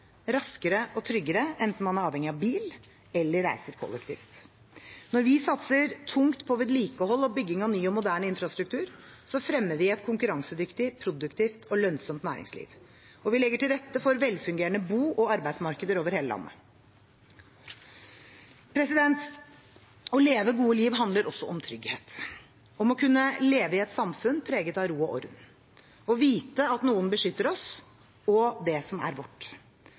raskere og tryggere, enten man er avhengig av bil eller reiser kollektivt. Når vi satser tungt på vedlikehold og bygging av ny og moderne infrastruktur, fremmer vi et konkurransedyktig, produktivt og lønnsomt næringsliv, og vi legger til rette for velfungerende bo- og arbeidsmarkeder over hele landet. Å leve et godt liv handler også om trygghet, om å kunne leve i et samfunn preget av ro og orden, å vite at noen beskytter oss og det som er vårt